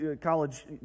college